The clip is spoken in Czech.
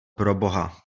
proboha